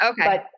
okay